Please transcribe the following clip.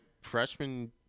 freshman